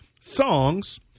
songs